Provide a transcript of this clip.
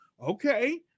Okay